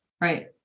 Right